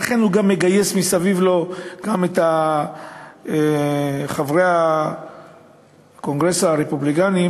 לכן הוא גם מגייס מסביב לו גם את חברי הקונגרס הרפובליקנים,